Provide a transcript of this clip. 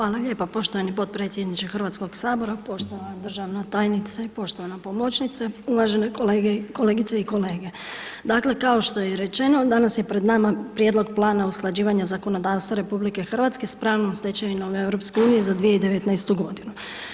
Hvala lijepa poštovani podpredsjedniče Hrvatskog sabora, poštovana državna tajnice, poštovana pomoćnice, uvažene kolegice i kolege, dakle kao što je i rečeno danas je pred nama Prijedlog plana usklađivanja zakonodavstva RH s pravnom stečevinom EU za 2019. godinu.